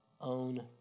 own